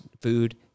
food